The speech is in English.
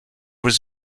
was